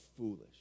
foolish